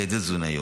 על ידי תזונאיות.